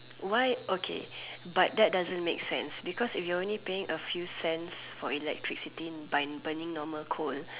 why okay but that doesn't make sense because if you're only paying a few cents for electricity by burning normal coal